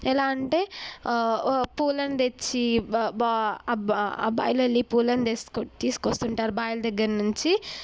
ఎలా అంటే పూలను తెచ్చి బా అబ్బాయిలు వెళ్ళి పూలను తెసుక తీసుకొస్తుంటారు బావిల దగ్గర నుంచి